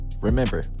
Remember